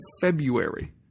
February